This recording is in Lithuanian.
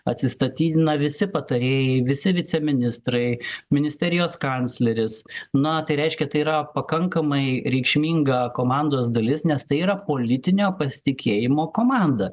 atsistatydina visi patarėjai visi viceministrai ministerijos kancleris na tai reiškia tai yra pakankamai reikšminga komandos dalis nes tai yra politinio pasitikėjimo komanda